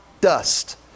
dust